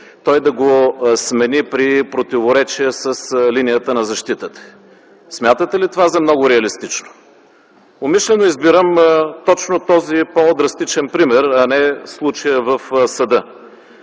той да го смени при противоречие с линията на защитата? Смятате ли това за много реалистично? Умишлено избирам точно този по-драстичен пример, а не случая в съда.